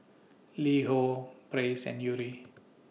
Li Ho Praise and Yuri